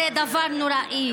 זה דבר נוראי.